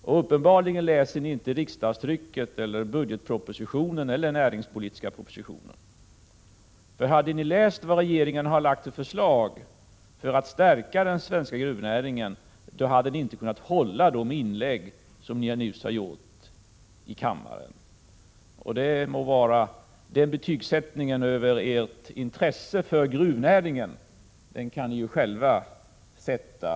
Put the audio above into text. Och uppenbarligen läser ni inte riksdagstrycket, budgetpropositionen och den näringspolitiska propositionen. Hade ni läst de förslag som regeringen har lagt fram för att stärka den svenska gruvnäringen, hade ni inte kunnat göra de inlägg ni nu har gjort i kammaren. Betygen över ert intresse för den svenska gruvnäringen får ni själva sätta.